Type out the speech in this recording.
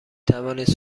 توانید